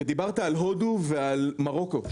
דיברת על הודו ועל מרוקו,